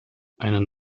einen